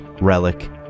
Relic